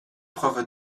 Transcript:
preuve